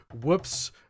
whoops